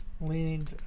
leaning